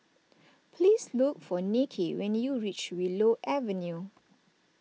please look for Nicky when you reach Willow Avenue